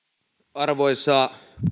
arvoisa